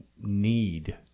need